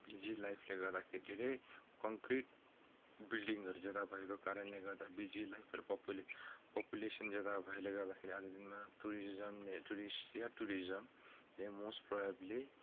busy लाइफले गर्दाखेरि धेरै कङ्क्रिट बिल्डिङहरू ज्यादा भएको कारणले गर्दा बिजी लाइफहरू पपुलेसन ज्यादा भएले गर्दाखेरि आजको दिनमा टुरिज्म टुरिस्ट या टुरिज्मले लो प्रोबब्लेम